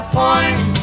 point